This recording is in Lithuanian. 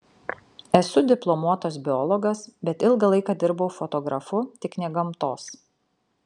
esu diplomuotas biologas bet ilgą laiką dirbau fotografu tik ne gamtos